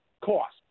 cost